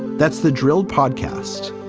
that's the drill podcast,